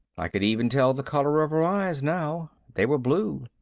i could even tell the color of her eyes now. they were blue.